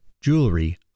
jewelry